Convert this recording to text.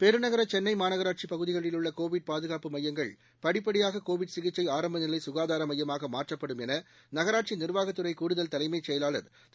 பெருநகர சென்னை மாநகராட்சி பகுதிகளில் உள்ள கோவிட் பாதுகாப்பு மையங்கள் படிப்படியாக கோவிட் சிகிச்சை ஆரம்பநிலை சுகாதார மையமாக மாற்றப்படும் என நகராட்சி நிர்வாகத்துறை கூடுதல் தலைமைச் செயலாளர் திரு